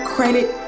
Credit